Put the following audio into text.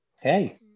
hey